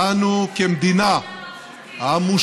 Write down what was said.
אנו, כמדינה המושתתת